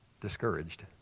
discouraged